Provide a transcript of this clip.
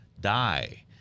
die